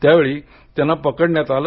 त्यावेळी त्यांना पकडण्यात आले